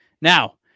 Now